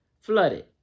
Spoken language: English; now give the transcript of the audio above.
flooded